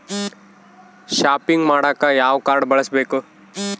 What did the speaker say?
Shopping ಮಾಡಾಕ ಯಾವ card ಬಳಸಬೇಕು?